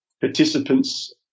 participants